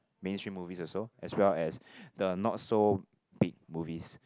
mainstream movies also as well as the not so big movies